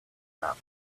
africa